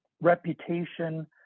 reputation